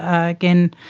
ah again,